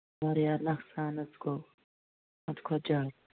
واریاہ نۄقصان حظ گوٚو حدٕ کھۄتہٕ زیادٕ